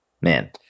man